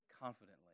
confidently